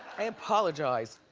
i apologize.